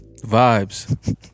vibes